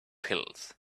pills